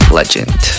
legend